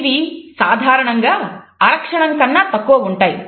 ఇవి సాధారణంగా అర క్షణం కన్నా తక్కువ ఉంటాయి